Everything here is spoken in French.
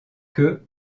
que